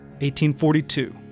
1842